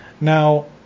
Now